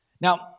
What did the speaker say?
Now